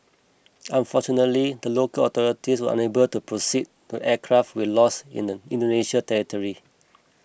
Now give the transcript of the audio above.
unfortunately the local authorities are unable to proceed the aircraft we lost in the Indonesia territory